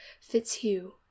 Fitzhugh